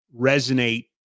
resonate